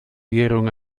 dieron